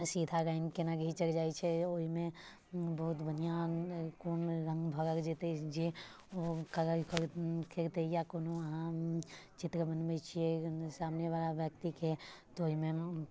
सीधा लाइन केना घिचल जाइत छै ओहिमे बहुत बढ़िआँ कोन रङ्ग भरल जेतै जे ओ कलर देखेतै या कोनो चित्र कऽ बनबैत छियै सामने बला व्यक्तिके तऽ ओहिमे